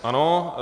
Ano.